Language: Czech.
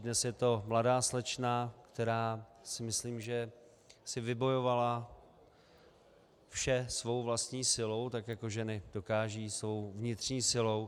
Dnes je to mladá slečna, která si myslím, že si vybojovala vše svou vlastní silou, tak jako ženy dokážou, svou vnitřní silou.